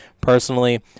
personally